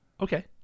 Okay